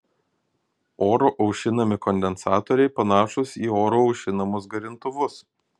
oru aušinami kondensatoriai panašūs į oru aušinamus garintuvus